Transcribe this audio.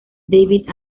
david